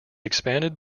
expanded